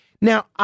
Now